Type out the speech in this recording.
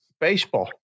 Baseball